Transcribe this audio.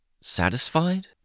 Satisfied